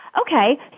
Okay